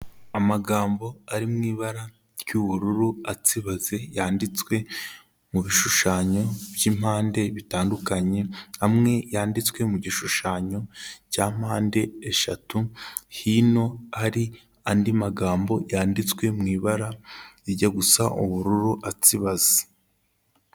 Amagambo ari mu ibara ry'ubururu atsibaze, yanditswe mu bishushanyo by'impande bitandukanye, amwe yanditswe mu gishushanyo cya mpande eshatu, hino hari andi magambo yanditswe mu ibara rijya gusa ubururu atsibaze.